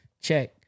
Check